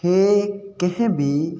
हे कंहिं बि